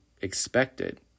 expected